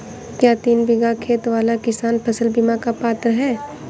क्या तीन बीघा खेत वाला किसान फसल बीमा का पात्र हैं?